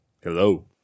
Hello